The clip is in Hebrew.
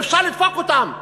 אפשר לדפוק אותם,